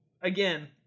again